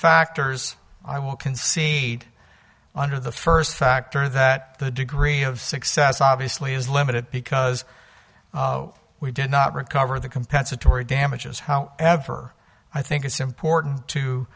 factors i won't concede under the first factor that the degree of success obviously is limited because we did not recover the compensatory damages however i think it's important to